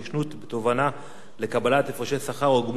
לקבלת הפרשי שכר או גמול אחר), התשע"ב 2012,